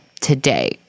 today